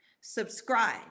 subscribe